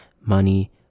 money